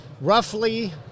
Roughly